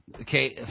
okay